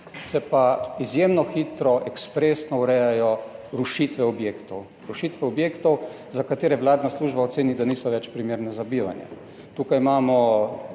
se pa izjemno hitro, ekspresno urejajo rušitve objektov. Rušitve objektov, za katera vladna služba oceni, da niso več primerni za bivanje. Tukaj imamo